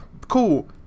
cool